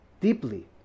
deeply